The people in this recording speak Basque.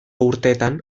urteetan